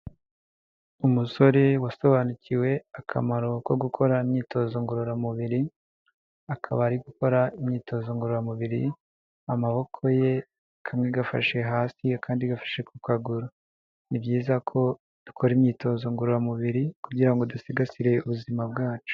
Umusore wasobanukiwe akamaro ko gukora imyitozo ngororamubiri akaba ari gukora imyitozo ngororamubiri, amaboko ye kamwe gafashe hasi akandi gafashe ku kaguru. Ni byiza ko dukora imyitozo ngororamubiri kugira ngo dusigasire ubuzima bwacu.